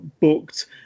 booked